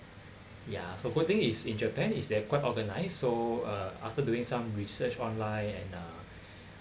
ya so good thing is in japan is they're quite organised so uh after doing some research online and uh